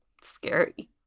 scary